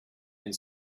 and